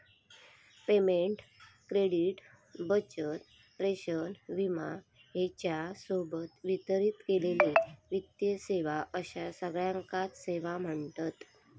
payment, credit, बचत, प्रेषण, विमा ह्येच्या सोबत वितरित केलेले वित्तीय सेवा अश्या सगळ्याकांच सेवा म्ह्णतत